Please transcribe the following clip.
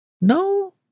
no